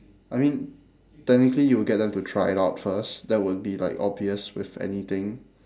I mean technically you will get them to try it out first that would be like obvious with anything